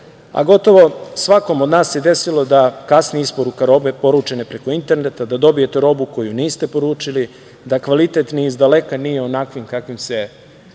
predlogu. Gotovo svakom od nas se desilo da kasni isporuka robe poručene preko interneta, da dobijete robu koji niste poručili, da kvalitet ni izdaleka nije onakvim kakvim se